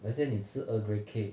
好像你吃 earl grey cake